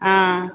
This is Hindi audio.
हाँ